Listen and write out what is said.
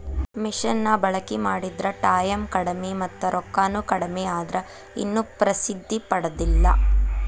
ಮಿಷನ ಬಳಕಿ ಮಾಡಿದ್ರ ಟಾಯಮ್ ಕಡಮಿ ಮತ್ತ ರೊಕ್ಕಾನು ಕಡಮಿ ಆದ್ರ ಇನ್ನು ಪ್ರಸಿದ್ದಿ ಪಡದಿಲ್ಲಾ